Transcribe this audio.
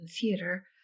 theater